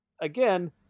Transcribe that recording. again